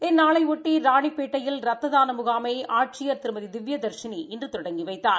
இந்நாளையொட்டி ராணிப்பேட்டையில் ரத்த தான முகாமை ஆட்சியா் திருமதி திவ்ய தா்ஷினி இன்று தொடங்கி வைத்தார்